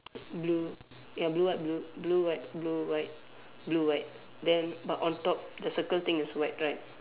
blue ya blue white blue blue white blue white blue white then but on top the circle thing is white right